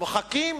מוחקים?